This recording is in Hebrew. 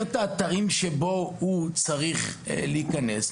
על האתרים שאליהם הוא מעוניין להיכנס.